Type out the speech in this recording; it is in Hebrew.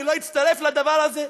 אני לא אצטרף לדבר הזה?